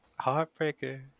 Heartbreaker